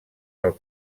pel